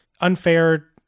unfair